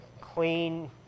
clean